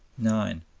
nine.